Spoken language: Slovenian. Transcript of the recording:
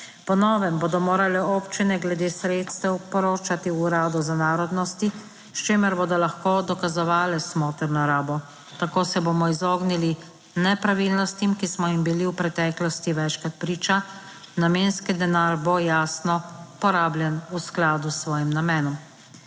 Po novem bodo morale občine glede sredstev poročati Uradu za narodnosti, s čimer bodo lahko dokazovale smotrno rabo. Tako se bomo izognili nepravilnostim, ki smo jim bili v preteklosti večkrat priča. Namenski denar bo, jasno, porabljen v skladu s svojim namenom.